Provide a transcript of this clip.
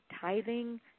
tithing